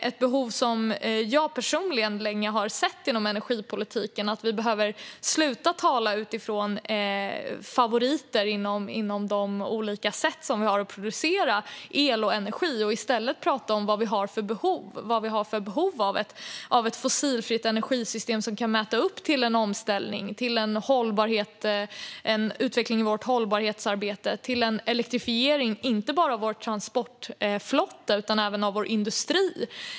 Ett behov som jag länge har sett inom energipolitiken är att sluta tala utifrån favoriter inom de olika sätt som vi har att producera el och energi på och i stället prata om vilka behov som finns av ett fossilfritt energisystem som kan bidra till omställning, till utveckling i vårt hållbarhetsarbete och till elektrifiering inte bara av Sveriges transportflotta utan även av Sveriges industri.